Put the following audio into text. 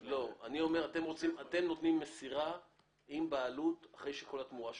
אתם נותנים מסירה עם בעלות אחרי שכל התמורה שולמה.